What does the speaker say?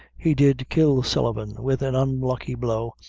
he did kill sullivan with an unlucky blow,